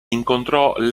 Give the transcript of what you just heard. incontrò